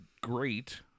great